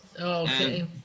Okay